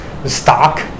Stock